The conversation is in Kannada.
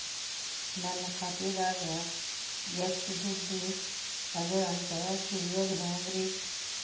ನನ್ನ ಖಾತೆದಾಗ ಎಷ್ಟ ದುಡ್ಡು ಅದ ಅಂತ ತಿಳಿಯೋದು ಹ್ಯಾಂಗ್ರಿ?